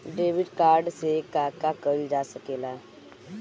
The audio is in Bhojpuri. डेबिट कार्ड से का का कइल जा सके ला?